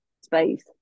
space